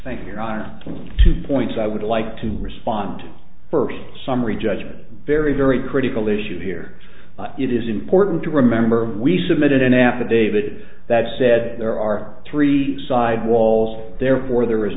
there are two points i would like to respond for summary judgment very very critical issue here it is important to remember we submitted an affidavit that said there are three sidewall therefore there is